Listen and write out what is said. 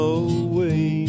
away